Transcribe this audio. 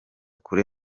kure